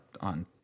on